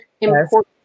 important